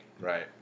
right